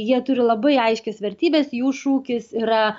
jie turi labai aiškias vertybes jų šūkis yra